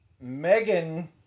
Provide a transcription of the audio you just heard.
Megan